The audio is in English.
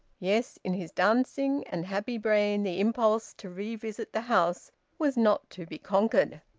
yes, in his dancing and happy brain the impulse to revisit the house was not to be conquered.